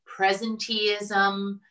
presenteeism